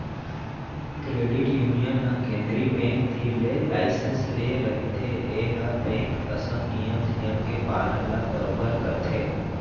credit union ह केंद्रीय bank तीर ले लाइसेंस ले रहिथे ए ह बेंक असन नियम धियम के पालन ल बरोबर करथे